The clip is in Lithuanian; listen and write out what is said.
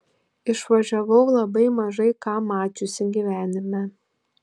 išvažiavau labai mažai ką mačiusi gyvenime